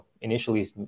initially